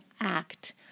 act